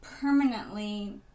permanently